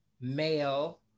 male